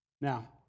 Now